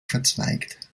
verzweigt